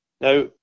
now